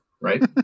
right